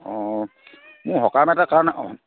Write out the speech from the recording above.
অ' মোৰ সকাম এটা কাৰণে